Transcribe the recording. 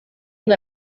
ngo